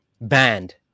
banned